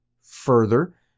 Further